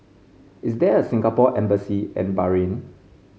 is there a Singapore Embassy in Bahrain